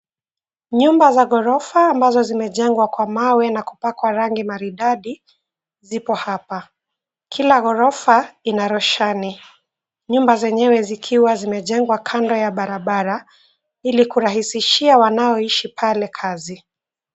Nyumba za ghorofa ambazo zimejengwa kwa mawe na kupakwa rangi maridadi, zipo hapa. Kila ghorofa ina roshani. Nyumba zenyewe zikiwa zimejengwa kando ya barabara, ili kurahisishia wanaoishi pale kazi.